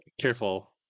Careful